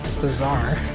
bizarre